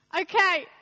Okay